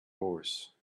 horse